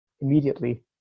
immediately